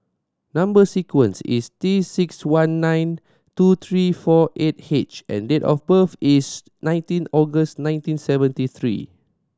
number sequence is T six one nine two three four eight H and date of birth is nineteen August nineteen seventy three